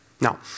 Now